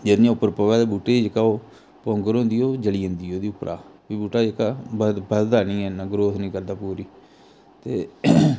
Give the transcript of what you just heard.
जेकर इ'यां उपर पवै ते बूहटे गी जेहका ओह् पौंगर होंदी ऐ ओह् जली जंदी ओह्दी उपरा फ्ही बूहटा जेहका बधदा नेईं ऐ इन्ना ग्रोथ नेईं करदा पूरी ते